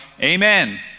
Amen